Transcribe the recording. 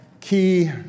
key